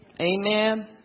Amen